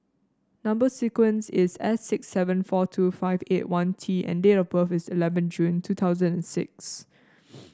number sequence is S six seven four two five eight one T and date of birth is eleven June two thousand and six